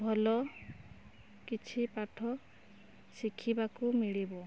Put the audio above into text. ଭଲ କିଛି ପାଠ ଶିଖିବାକୁ ମିଳିବ